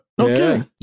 okay